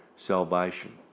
Salvation